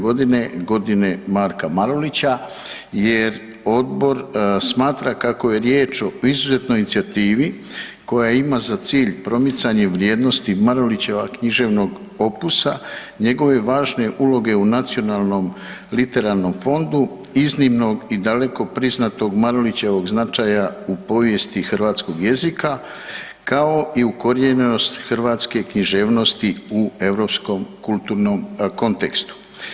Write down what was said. Godine Marka Marulića“ jer odbor smatra kako je riječ o izuzetnoj inicijativi koja ima za cilj promicanje vrijednosti Marulićeva književnog opusa, njegove važne uloge u Nacionalnom literarnom fondu, iznimnog i daleko priznatog Marulićevog značaja u povijesti hrvatskog jezika, kao i ukorijenjenost hrvatske književnosti u Europskom kulturnom kontekstu.